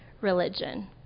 religion